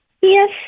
Yes